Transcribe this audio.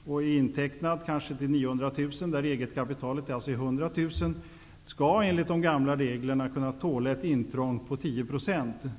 och som är intecknad till kanske 900 000 kr -- egetkapitalet är alltså 100 000 kr -- skall enligt de gamla reglerna kunna tåla ett intrång på 10 %.